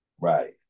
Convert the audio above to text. right